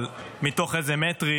אבל מתוך איזה מטרים?